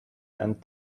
and